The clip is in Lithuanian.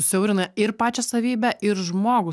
siaurina ir pačią savybę ir žmogų